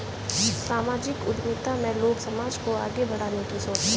सामाजिक उद्यमिता में लोग समाज को आगे बढ़ाने की सोचते हैं